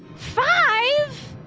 five?